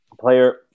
player